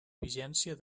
vigència